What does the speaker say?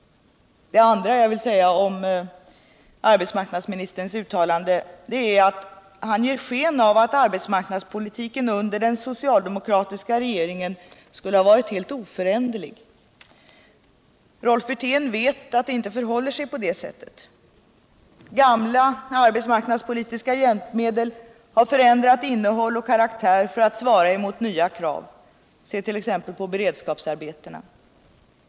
Det andra jag vill säga om arbetsmarknadsministerns uttalande är att det ger sken av att arbetsmarknadspolitiken under den socialdemokratiska regeringen skulle ha varit oföränderlig. Rolf Wirtén vet att det inte förhåller sig på det sättet. Gamla arbetsmarknadspolitiska hjälpmedel har förändrat innehåll och karaktär för att svara mot nya krav: se 1. ex. på beredskapsarbetena!